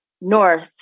north